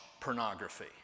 pornography